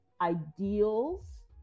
ideals